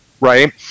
right